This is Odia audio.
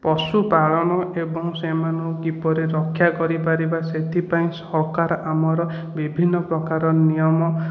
ପଶୁପାଳନ ଏବଂ ସେମାନଙ୍କୁ କିପରି ରକ୍ଷା କରିପାରିବା ସେଥିପାଇଁ ସରକାର ଆମର ବିଭିନ୍ନ ପ୍ରକାର ନିୟମ